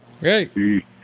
Hey